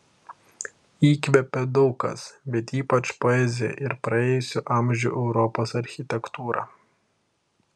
įkvepia daug kas bet ypač poezija ir praėjusių amžių europos architektūra